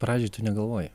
pradžioj tu negalvoji